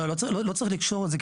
לא, לא צריך לקשור את זה.